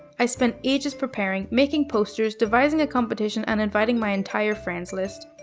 i spent ages preparing, making posters, devising a competition, and inviting my entire friends list.